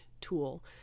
tool